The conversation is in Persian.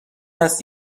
است